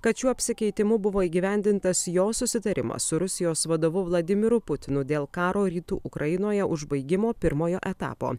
kad šiuo apsikeitimu buvo įgyvendintas jo susitarimas su rusijos vadovu vladimiru putinu dėl karo rytų ukrainoje užbaigimo pirmojo etapo